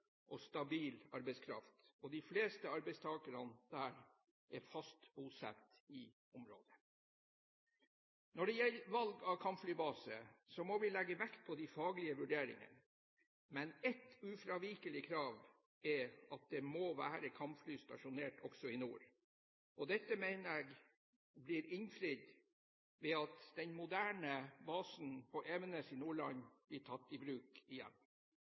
og stabil arbeidskraft. De fleste arbeidstakerne er fast bosatt i området. Når det gjelder valg av kampflybase, må vi legge vekt på de faglige vurderinger, men ett ufravikelig krav er at det må være kampfly stasjonert også i nord. Dette mener jeg blir innfridd ved at den moderne basen på Evenes i Nordland blir tatt i bruk igjen. Evenes er den siste flystasjonen som er bygd i